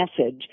message